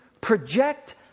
project